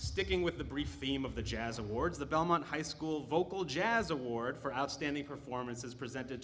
sticking with the brief theme of the jazz awards the belmont high school vocal jazz award for outstanding performances presented